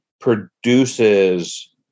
produces